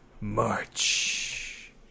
March